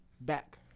back